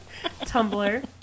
Tumblr